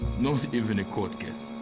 not even a court case.